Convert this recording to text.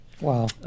wow